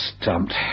stumped